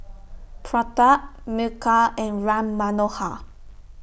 Pratap Milkha and Ram Manohar